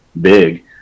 big